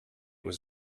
was